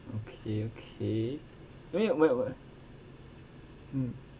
okay okay I mean when when mm